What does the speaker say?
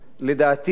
לדעתי,